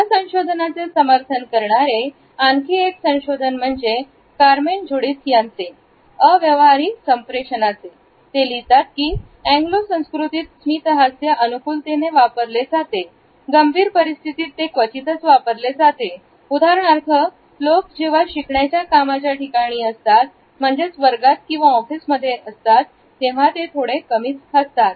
या संशोधनाचे समर्थन करणारे आणखी एक संशोधन म्हणजे कारमेन जू डी थ यांचे अव्यवहारी संप्रेषणाचे ते लिहितात की अँग्लो संस्कृतीत स्मित हास्य अनुकूलतेने वापरले जाते गंभीर परिस्थितीत ते क्वचितच वापरले जाते उदाहरणार्थ लोक जेव्हा शिकण्याच्या कामाच्या ठिकाणी असतात म्हणजेच वर्गात किंवा ऑफिसमध्ये तेव्हा ते थोडे कमीच हसतात